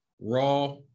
raw